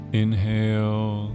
inhale